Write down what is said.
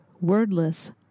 wordless